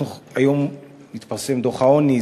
היום התפרסם דוח העוני.